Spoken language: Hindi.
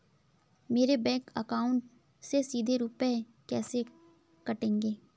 मेरे बैंक अकाउंट से सीधे रुपए कैसे कटेंगे?